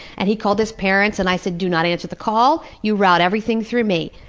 and he called his parents, and i said, do not answer the call you route everything through me.